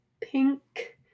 Pink